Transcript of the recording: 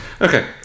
Okay